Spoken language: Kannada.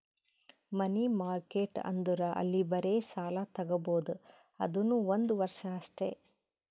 ಮನಿ ಮಾರ್ಕೆಟ್ ಅಂದುರ್ ಅಲ್ಲಿ ಬರೇ ಸಾಲ ತಾಗೊಬೋದ್ ಅದುನೂ ಒಂದ್ ವರ್ಷ ಅಷ್ಟೇ